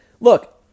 look